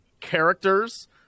characters